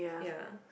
ya